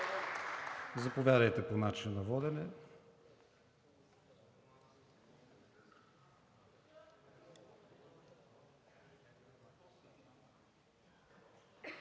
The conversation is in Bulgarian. Заповядайте, по начина на водене,